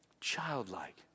Childlike